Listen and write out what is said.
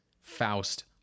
Faust